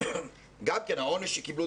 גם כן העונש שקיבלו,